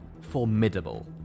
formidable